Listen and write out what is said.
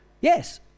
yes